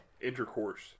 Intercourse